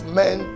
men